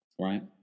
right